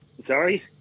Sorry